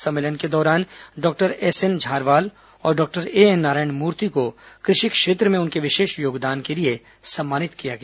सम्मेलन के दौरान डॉक्टर एसएन झारवाल और डॉ एएन नारायण मूर्ति को कृषि क्षेत्र में उनके विशेष योगदान के लिए सम्मानित किया गया